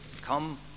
come